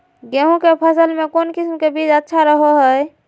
गेहूँ के फसल में कौन किसम के बीज अच्छा रहो हय?